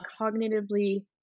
cognitively